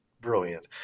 brilliant